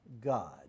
God